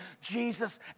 Jesus